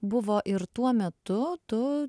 buvo ir tuo metu tu